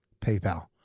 paypal